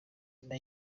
nyuma